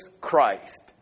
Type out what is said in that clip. Christ